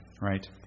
right